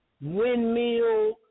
windmill